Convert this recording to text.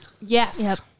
yes